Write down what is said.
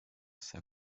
sehr